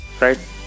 right